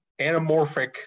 anamorphic